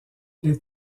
les